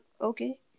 okay